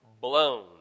blown